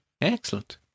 Excellent